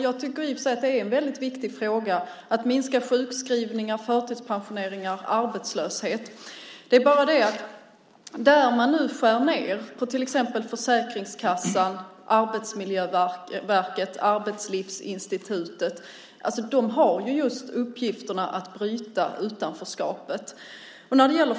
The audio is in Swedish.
Jag tycker i och för sig att det är en viktig fråga att minska sjukskrivningar, förtidspensioneringar och arbetslöshet. Men där man nu skär ned - på Försäkringskassan, Arbetsmiljöverket och Arbetslivsinstitutet - har man just i uppgift att bryta utanförskapet.